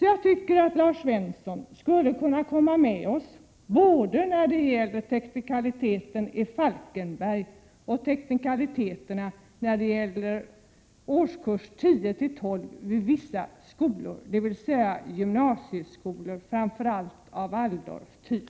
Jag tycker att Lars Svensson skulle kunna ansluta sig till oss både när det gäller teknikaliteten i Falkenberg och när det gäller teknikaliteterna i fråga om årskurserna 10-12 vid vissa skolor, dvs. gymnasieskolor av framför allt waldorftvp.